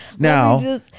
Now